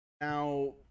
Now